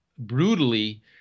brutally